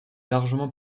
largement